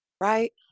Right